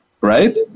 Right